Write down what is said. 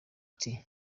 tea